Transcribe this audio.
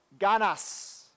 ganas